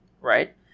Right